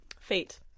fate